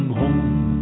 home